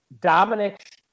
Dominic